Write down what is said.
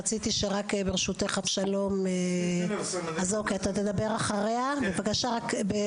אבשלום אתה תדבר אחריה, כעת את מוזמנת, בבקשה.